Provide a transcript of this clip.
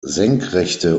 senkrechte